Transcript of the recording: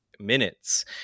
minutes